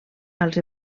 als